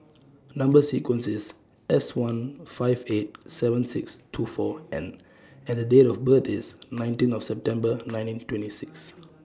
Number sequence IS S one five eight seven six two four N and Date of birth IS nineteen of September nineteen twenty six